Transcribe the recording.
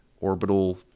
orbital